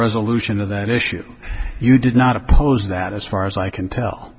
resolution of that issue you did not oppose that as far as i can tell